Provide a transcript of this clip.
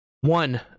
one